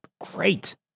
great